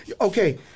Okay